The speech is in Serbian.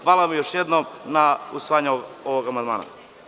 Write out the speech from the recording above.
Hvala vam još jednom na usvajanju ovog amandmana.